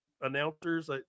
announcers